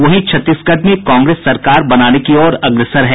वहीं छत्तीसगढ़ में कांग्रेस सरकार बनाने की ओर अग्रसर है